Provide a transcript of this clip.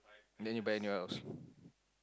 then you buy new house